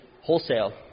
Wholesale